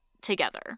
together